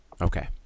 okay